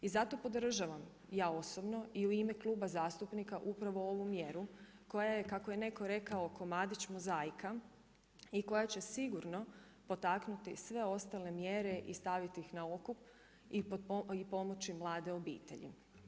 I zato podržavam ja osobno i u ime kluba zastupnika upravo ovu mjeru koja je kako je netko rekao komadić mozaika i koja će sigurno potaknuti sve ostale mjere i staviti ih na okup i pomoći mlade obitelji.